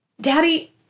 Daddy